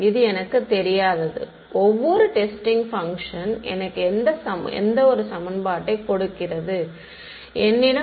இது எனக்குத் தெரியாதது ஒவ்வொரு டெஸ்டிங் பங்க்ஷன் எனக்கு ஒரு சமன்பாட்டைக் கொடுக்கிறது என்னிடம் உள்ளது12